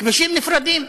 כבישים נפרדים.